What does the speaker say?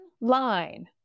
line